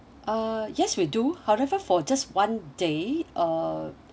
uh yes we do however for just one day uh